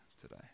today